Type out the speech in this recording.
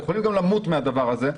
יכולים גם למות מהדבר הזה.